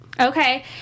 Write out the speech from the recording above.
Okay